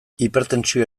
hipertentsioa